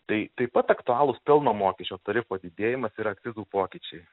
tai taip pat aktualūs pelno mokesčio tarifo didėjimas ir akcizų pokyčiai